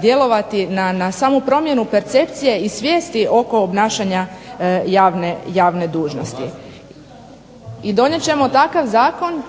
djelovati na samu promjenu percepcije i svijesti oko obnašanja javne dužnosti. I donijet ćemo takav zakon …